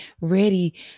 ready